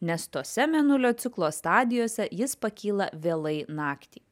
nes tose mėnulio ciklo stadijose jis pakyla vėlai naktį